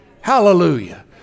Hallelujah